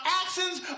actions